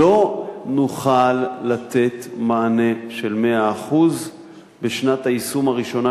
לא נוכל לתת מענה של 100% בשנת היישום הראשונה,